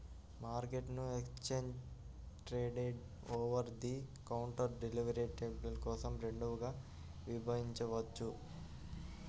మార్కెట్ను exchange traded, over the counter డెరివేటివ్ల కోసం రెండుగా విభజించవచ్చు